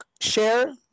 share